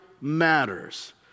matters